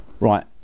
right